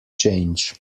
change